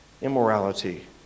immorality